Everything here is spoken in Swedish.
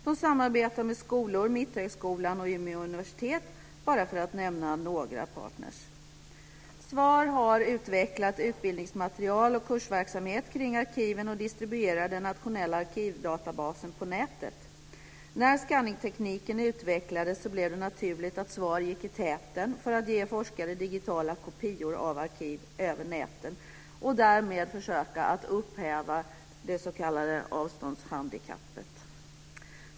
SVAR samarbetar med skolor som Mitthögskolan och Umeå universitet, för att nämna bara några partner. SVAR har utvecklat utbildningsmaterial och kursverksamhet kring arkiven och distribuerar den nationella arkivdatabasen på nätet. När skanningtekniken utvecklades blev det naturligt att SVAR gick i täten för att ge forskare digitala kopior av arkiv över nätet, för att därmed försöka att upphäva det s.k. avståndshandikappet.